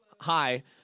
Hi